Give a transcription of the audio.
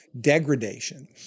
degradation